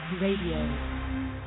Radio